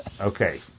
Okay